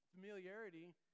Familiarity